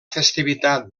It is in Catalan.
festivitat